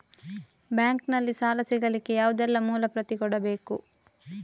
Bank ನಲ್ಲಿ ಸಾಲ ಸಿಗಲಿಕ್ಕೆ ಯಾವುದೆಲ್ಲ ಮೂಲ ಪ್ರತಿ ಕೊಡಬೇಕು?